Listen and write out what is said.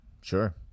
Sure